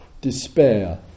despair